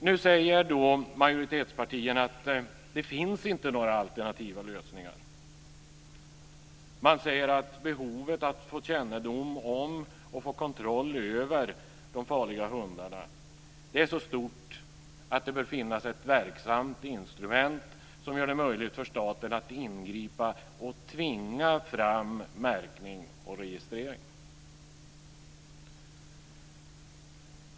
Nu säger majoritetspartierna att det inte finns några alternativa lösningar. Man säger att behovet av att få kännedom om och kontroll över de farliga hundarna är så stort att det bör finnas ett verksamt instrument som gör det möjligt för staten att ingripa och tvinga fram märkning och registrering.